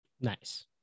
Nice